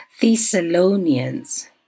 Thessalonians